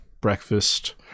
breakfast